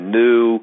new